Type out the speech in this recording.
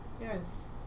yes